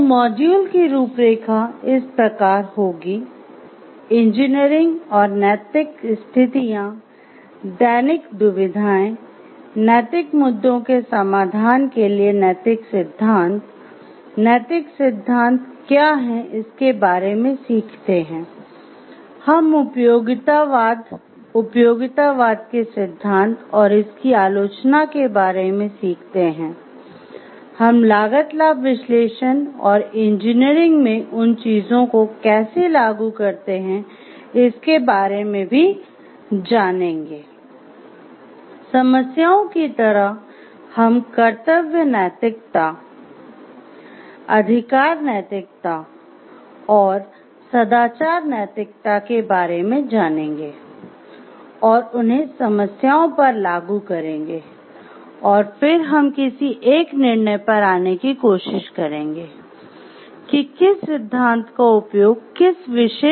तो मॉड्यूल की रूपरेखा इस प्रकार होगी इंजीनियरिंग और नैतिक स्थितियाँ नैतिक दुविधाएं नैतिक मुद्दों के समाधान के लिए नैतिक सिद्धांत नैतिक सिद्धांत क्या है इसके बारे में सीखते हैं हम उपयोगितावाद उपयोगितावाद के सिद्धांत और इसकी आलोचना के बारे में सीखते हैं हम लागत लाभ विश्लेषण और इंजीनियरिंग में उन चीजों को कैसे लागू करते हैं इसके बारे में भी जानेंगे